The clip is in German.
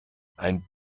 ein